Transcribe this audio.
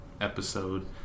episode